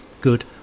good